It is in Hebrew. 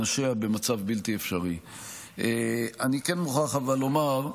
הציבורית, אני מוכרח לומר,